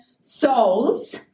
souls